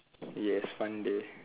yes fun day